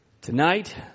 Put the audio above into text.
tonight